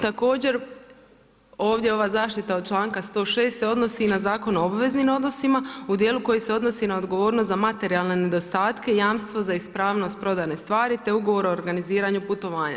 Također ovdje ova zaštita od članka 106. se odnosi i na Zakon o obveznim odnosima u dijelu koji se odnosi na odgovornost za materijalne nedostatke i jamstvo za ispravnost prodajne stvari, te ugovor o organiziranju putovanja.